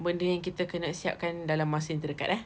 benda yang kita kena siap kan dalam masa yang terdekat eh